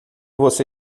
você